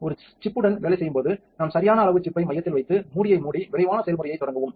ஒரு சிப்புடன் வேலை செய்யும் போது நாம் சரியான அளவு சிப்பை மையத்தில் வைத்து மூடியை மூடி விரைவான செயல்முறையைத் தொடங்கவும்